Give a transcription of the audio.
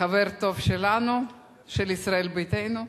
חבר טוב שלנו, של ישראל ביתנו.